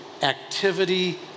Activity